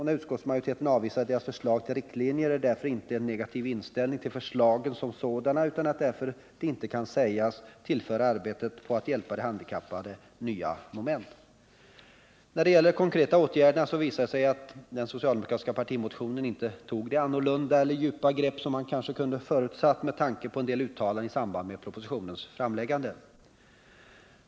När utskottsmajoriteten avvisat deras förslag till riktlinjer, är det därför inte på grund av en negativ inställning till förslagen som sådana, utan därför att de inte kan sägas tillföra arbetet på att hjälpa de handikappade nya moment. När det gäller de konkreta åtgärderna visar det sig att den socialdemokratiska partimotionen inte tog de annorlunda eller djupa grepp som man kanske kunde ha förutsatt med tanke på en del uttalanden i samband med propositionens framläggande.